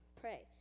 pray